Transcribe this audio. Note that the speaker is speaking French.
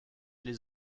les